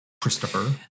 Christopher